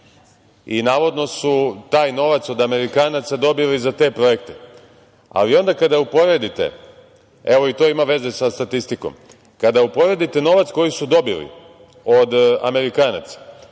i navodno su taj novac od Amerikanaca dobili za te projekte. Ali, onda kada uporedite, evo i to ima veze sa statistikom, kada uporedite novac koji su dobili od Amerikanaca,